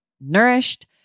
nourished